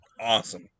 Awesome